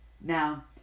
Now